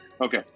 Okay